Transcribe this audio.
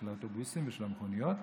של האוטובוסים ושל המכוניות,